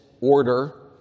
order